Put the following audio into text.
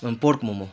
pork momo